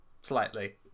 Slightly